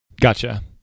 gotcha